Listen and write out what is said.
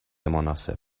مناسب